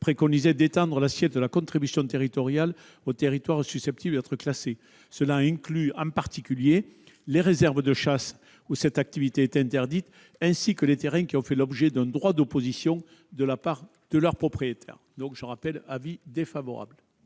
préconisait d'étendre l'assiette de la contribution territoriale aux territoires susceptibles d'être classés. Cela inclut en particulier les réserves de chasse, où cette activité est interdite, ainsi que les terrains qui ont fait l'objet d'un droit d'opposition de la part de leur propriétaire. La commission émet donc un avis défavorable.